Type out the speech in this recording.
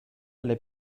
alle